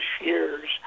years